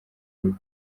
rugo